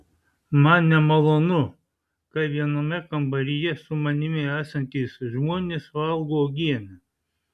man nemalonu kai viename kambaryje su manimi esantys žmonės valgo uogienę